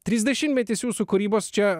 trisdešimtmetis jūsų kūrybos čia